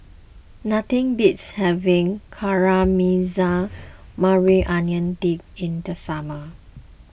nothing beats having Caramelized Maui Onion Dip in the summer